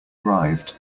arrived